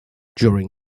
during